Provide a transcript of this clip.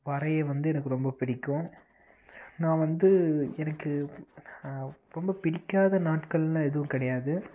வரைய வந்து எனக்கு ரொம்ப பிடிக்கும் நான் வந்து எனக்கு ரொம்ப பிடிக்காத நாட்கள்னு எதுவும் கிடையாது